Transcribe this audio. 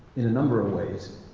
in a number of ways